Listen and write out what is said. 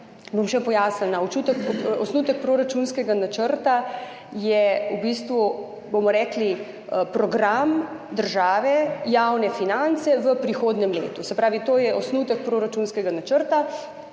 bom še pojasnila. Osnutek proračunskega načrta je v bistvu, bomo rekli, program državnih javnih financ v prihodnjem letu. Se pravi, to je osnutek proračunskega načrta